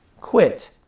quit